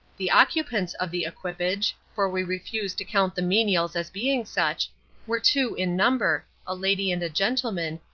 the occupants of the equipage for we refuse to count the menials as being such were two in number, a lady and gentleman,